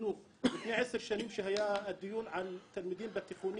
לפני עשר שנים היה דיון על תלמידים בתיכונים